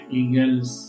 eagles